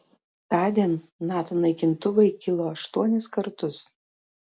tądien nato naikintuvai kilo aštuonis kartus